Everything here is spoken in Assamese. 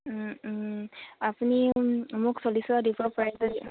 আপুনি মোক চল্লিশ